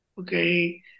Okay